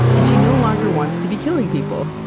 and she no longer wants to be killing people.